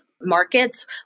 markets